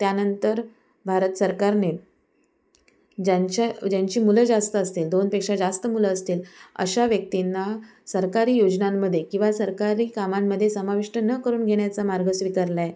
त्यानंतर भारत सरकारने ज्यांच्या ज्यांची मुलं जास्त असतील दोनपेक्षा जास्त मुलं असतील अशा व्यक्तींना सरकारी योजनांमध्ये किंवा सरकारी कामांमध्ये समाविष्ट न करून घेण्याचा मार्ग स्वीकारला आहे